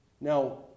Now